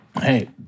hey